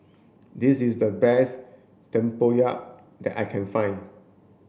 this is the best Tempoyak that I can find